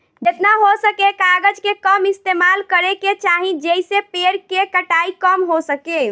जेतना हो सके कागज के कम इस्तेमाल करे के चाही, जेइसे पेड़ के कटाई कम हो सके